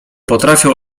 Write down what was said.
potrafią